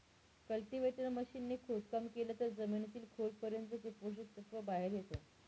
cultivator machine ने खोदकाम केलं तर जमिनीतील खोल पर्यंतचे पोषक तत्व बाहेर येता